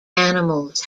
animals